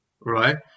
right